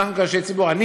כאנשי ציבור,